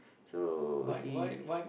so he